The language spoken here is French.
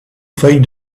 failles